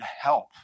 help